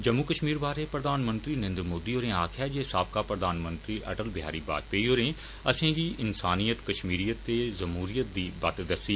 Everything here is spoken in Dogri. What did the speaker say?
जम्मू कष्मीर बारै प्रधानमंत्री नरेन्द्र मोदी होरें आक्खेआ जे साबका प्रधानमंत्री अटल बिहारी बाजपेयी होरें असें गी इंसानियत कष्मीरियत ते जमूरियत दी बत्त दस्सी